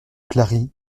clary